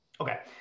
Okay